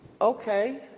okay